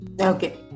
Okay